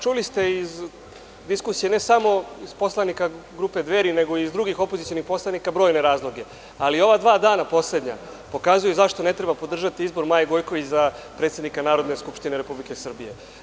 Čuli ste iz diskusije, ne samo poslanika grupe Dveri, nego i drugih opozicionih poslanika, brojne razloge, ali u ova dva poslednja dana pokazuju zašto ne treba podržati izbor Maje Gojković za predsednika Narodne skupštine Republike Srbije.